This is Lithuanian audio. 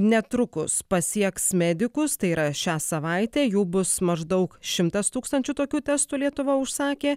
netrukus pasieks medikus tai yra šią savaitę jų bus maždaug šimtas tūkstančių tokių testų lietuva užsakė